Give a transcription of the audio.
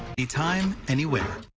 any. time anywhere.